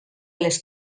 les